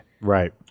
Right